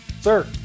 sir